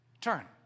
Turn